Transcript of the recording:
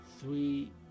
three